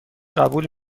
قبول